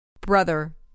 Brother